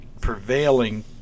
prevailing